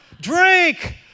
Drink